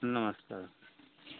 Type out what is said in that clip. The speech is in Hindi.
नमस्कार